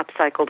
upcycled